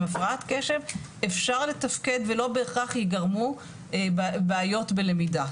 עם הפרעת קשב אפשר לתפקד ולא בהכרח יגרמו בעיות בלמידה,